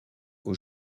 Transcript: aux